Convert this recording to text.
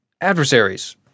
adversaries